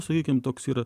sakykim toks yra